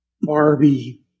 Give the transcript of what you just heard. Barbie